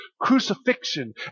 crucifixion